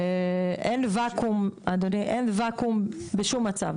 אין וואקום בשום מצב,